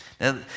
Now